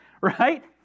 right